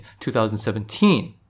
2017